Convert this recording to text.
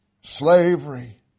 slavery